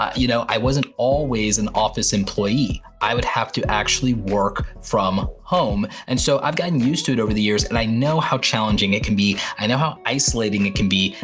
you know, i wasn't always an office employee. i would have to actually work from home. and so i've gotten used to it over the years and i know how challenging it can be. i know how isolating it can be.